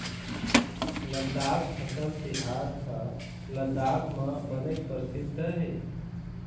लद्दाख फसल तिहार ह लद्दाख म बनेच परसिद्ध हे